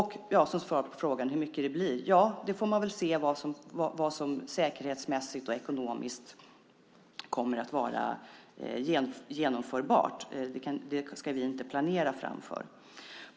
Hur mycket blir det? Det får vi se vad som säkerhetsmässigt och ekonomiskt kommer att vara genomförbart. Det ska vi inte planera fram.